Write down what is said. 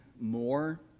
more